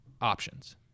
options